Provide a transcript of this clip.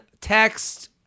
text